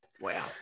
Wow